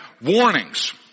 warnings